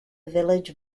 village